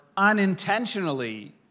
Unintentionally